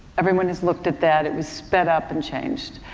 everyone has looked at that. it was sped up and changed.